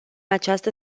această